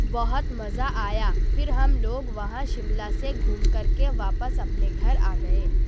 بہت مزہ آیا پھر ہم لوگ وہاں شملہ سے گھوم کر کے واپس اپنے گھر آ گئے